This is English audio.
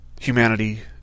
humanity